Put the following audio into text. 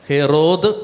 Herod